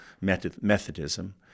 Methodism